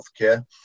healthcare